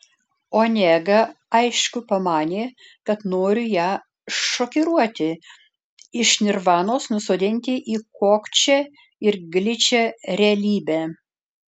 onega aišku pamanė kad noriu ją šokiruoti iš nirvanos nusodinti į kokčią ir gličią realybę